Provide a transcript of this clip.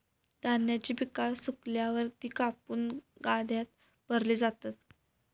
धान्याची पिका सुकल्यावर ती कापून गाड्यात भरली जातात